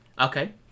Okay